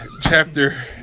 chapter